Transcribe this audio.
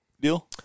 deal